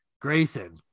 Grayson